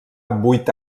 vuit